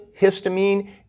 histamine